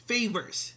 Favors